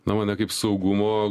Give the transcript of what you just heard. na mane kaip saugumo